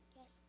Yes